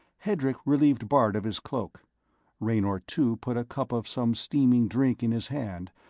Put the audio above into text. hedrick relieved bart of his cloak raynor two put a cup of some steaming drink in his hand,